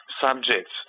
subjects